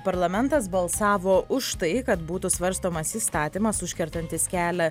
parlamentas balsavo už tai kad būtų svarstomas įstatymas užkertantis kelią